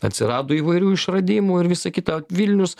atsirado įvairių išradimų ir visa kita vilnius